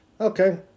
Okay